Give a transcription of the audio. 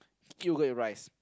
yogurt with rice